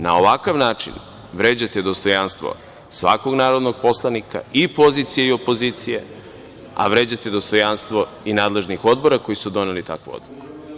Na ovakav način vređate dostojanstvo svakog narodnog poslanika i pozicije i opozicije, a vređate dostojanstvo i nadležnih odbora koji su doneli takvu odluku.